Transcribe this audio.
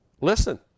Listen